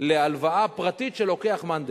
להלוואה פרטית שלוקח מאן דהוא.